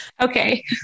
Okay